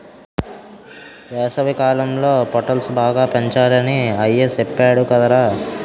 వేసవికాలంలో పొటల్స్ బాగా పెంచాలని అయ్య సెప్పేడు కదరా